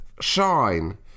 shine